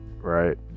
right